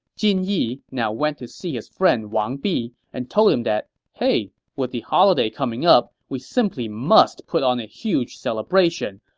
jin yi now went to see his friend wang bi and told him that hey, with the holiday coming up, we simply must put on a huge celebration,